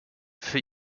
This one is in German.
für